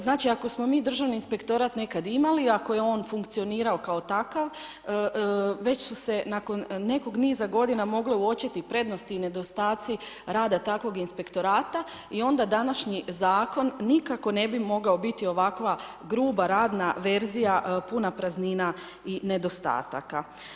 Znači ako smo mi Državni inspektorat nekad imali, ako je on funkcionirao kao takav već su se nakon nekog niza godina mogle uočiti prednosti i nedostaci rada takvog inspektorata i onda današnji zakon nikako ne bi mogao biti ovakva gruba radna verzija puna praznina i nedostataka.